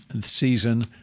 season